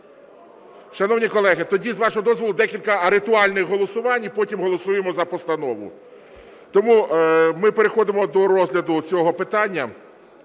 Шановні колеги, тоді, з вашого дозволу, декілька ритуальних голосувань і потім голосуємо за постанову. Тому ми переходимо до розгляду цього питання.